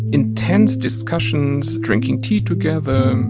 intense discussions, drinking tea together,